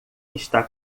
está